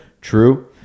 True